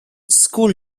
school